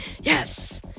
Yes